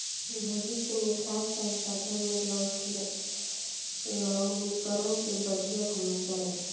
भविष्य मे खाद्य संसाधन में लवणीकरण के बढ़िया भूमिका रही